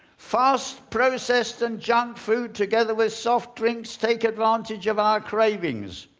fast, processed and junk food together with soft drinks take advantage of our cravings.